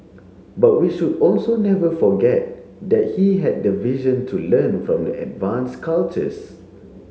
but we should also never forget that he had the vision to learn from the advance cultures